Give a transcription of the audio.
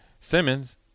Simmons